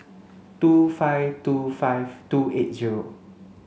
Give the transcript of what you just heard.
two five two five two eight zero